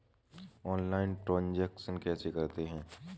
Online transaction कैसे करते हैं?